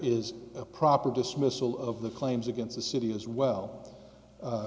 is a proper dismissal of the claims against the city as well